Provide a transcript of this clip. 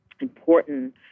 important